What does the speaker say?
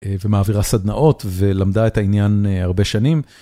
ומעבירה סדנאות ולמדה את העניין הרבה שנים.